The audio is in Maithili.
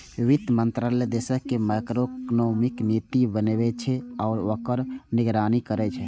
वित्त मंत्रालय देशक मैक्रोइकोनॉमिक नीति बनबै छै आ ओकर निगरानी करै छै